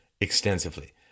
extensively